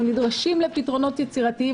אנחנו נדרשים לפתרונות יצירתיים,